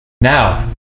now